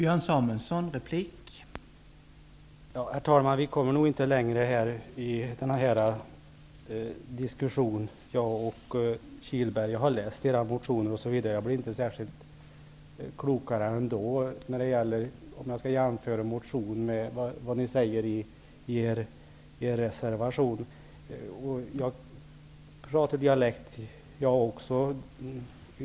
Herr talman! Vi kommer nog inte längre i den här diskussionen, jag och Stefan Kihlberg. Jag har läst hela motionen. Men jag blev inte särskilt klokare när jag jämförde vad som sägs i motionen med vad ni säger i er reservation. Också jag talar dialekt.